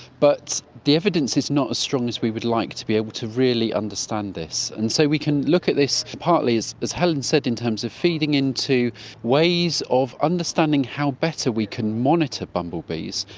but the evidence is not as strong as we would like to be able to really understand this. and so we can look at this partly, as helen said, in terms of feeding into ways of understanding how better we can monitor bumblebees.